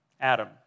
Adam